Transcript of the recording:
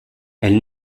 elle